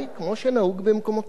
כמו שנהוג במקומותינו,